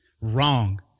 Wrong